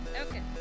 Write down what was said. Okay